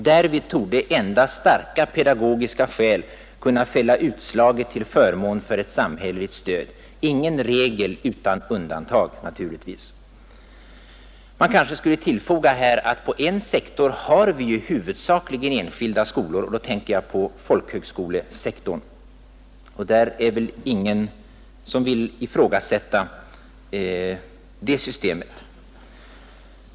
Därvid torde endast starka pedagogiska skäl kunna fälla utslaget till förmån för ett samhälleligt stöd. Men också från denna regel kan man naturligtvis behöva göra undantag. Man kanske skulle tillfoga här att på en sektor har vi huvudsakligen enskilda skolor. Då tänker jag på folkhögskolesektorn, och det är väl ingen som vill ifrågasätta det systemet.